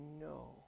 no